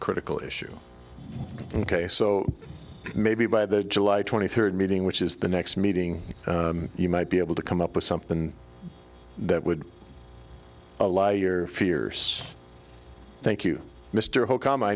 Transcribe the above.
critical issue ok so maybe by the july twenty third meeting which is the next meeting you might be able to come up with something that would allow your fierce thank you mr holcombe i